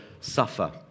suffer